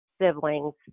siblings